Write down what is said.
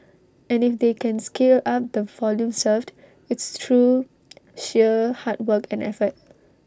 and if they can scale up the volume served it's through sheer hard work and effort